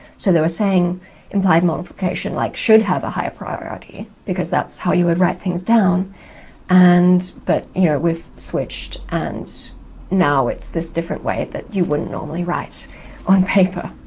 so they were saying implied multiplication like should have a higher priority because that's how you would write things down and. but, you know, we've switched and now it's this different way that you wouldn't normally write on paper.